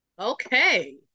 Okay